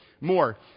more